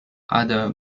other